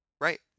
Right